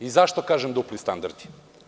I zašto kažem dupli standardi?